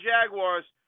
Jaguars